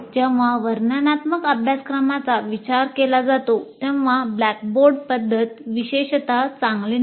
जेव्हा वर्णनात्मक अभ्यासक्रमांचा विचार केला जातो तेव्हा ब्लॅकबोर्ड पद्धत विशेषतः चांगली नाही